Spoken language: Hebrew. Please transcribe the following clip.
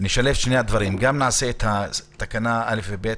נעשה תקנה (א) ו-(ב),